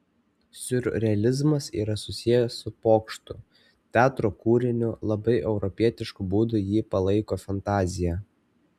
siurrealizmas yra susijęs su pokštu teatro kūriniu labai europietišku būdu jį palaiko fantazija